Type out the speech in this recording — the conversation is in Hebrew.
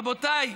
רבותיי,